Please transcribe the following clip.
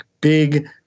big